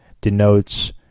denotes